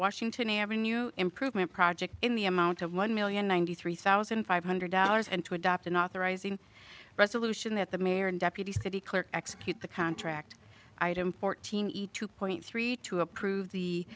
washington area new improvement project in the amount of one million ninety three thousand five hundred dollars and to adopt an authorizing resolution that the mayor and deputy city clerk execute the contract item fortini two point three to approve the